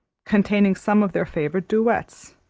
containing some of their favourite duets,